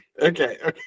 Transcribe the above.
okay